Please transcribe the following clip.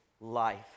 life